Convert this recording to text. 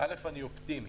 אני אופטימי,